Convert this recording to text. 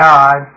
God